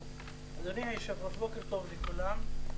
בוקר טוב לכולם,